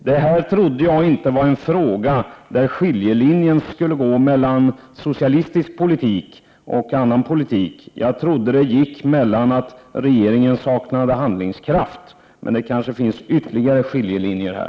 Jag trodde inte att dagens debatt gällde en fråga där skiljelinjen skulle gå mellan socialistisk politik och annan politik. Jag trodde att skillnaden låg däri att regeringen saknar handlingskraft, men det kanske finns ytterligare skiljelinjer här.